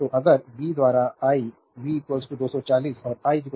तो R V द्वारा I V 240 और आई 4 तो 60